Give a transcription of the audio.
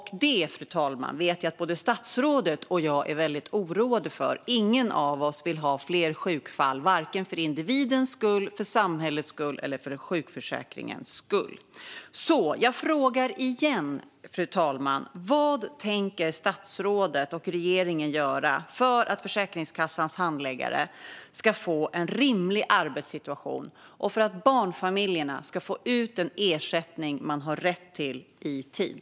Detta, fru talman, vet jag att både statsrådet och jag är väldigt oroade över. Ingen av oss vill ha fler sjukfall, vare sig för individens skull, för samhällets skull eller för sjukförsäkringens skull. Jag frågar igen, fru talman, vad statsrådet och regeringen tänker göra för att Försäkringskassans handläggare ska få en rimlig arbetssituation och för att barnfamiljerna ska få den ersättning som de har rätt till i tid.